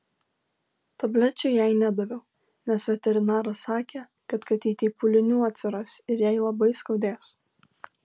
tablečių jai nedaviau nes veterinaras sakė kad katytei pūlinių atsiras ir jai labai skaudės